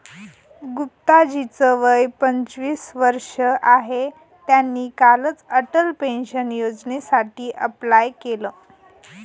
गुप्ता जी च वय पंचवीस वर्ष आहे, त्यांनी कालच अटल पेन्शन योजनेसाठी अप्लाय केलं